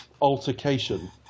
altercation